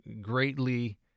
greatly